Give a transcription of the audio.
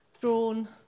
drawn